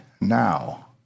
now